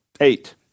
eight